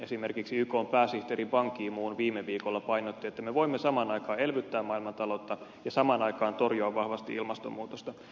esimerkiksi ykn pääsihteeri ban ki moon viime viikolla painotti että me voimme samaan aikaan elvyttää maailmantaloutta ja samaan aikaan torjua vahvasti ilmastonmuutosta